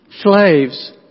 Slaves